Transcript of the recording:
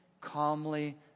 calmly